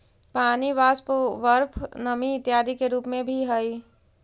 पानी वाष्प, बर्फ नमी इत्यादि के रूप में भी हई